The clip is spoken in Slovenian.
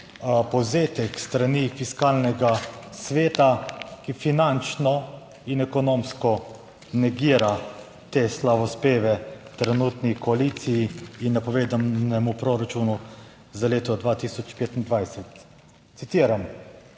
povzetek s strani Fiskalnega sveta, ki finančno in ekonomsko negira te slavospeve trenutni koaliciji in napovedanemu proračunu za leto 2025, citiram: